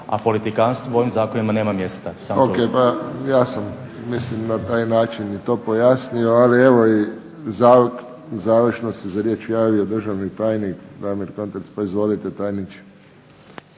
a politikanstvo u ovim zakonima nema mjesta. **Friščić, Josip (HSS)** Ok. Ja sam, mislim na taj način i to pojasnio, ali evo i završno se za riječ javio državni tajnik Damir Kontrec. Pa izvolite tajniče.